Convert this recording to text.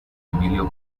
emilio